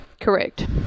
Correct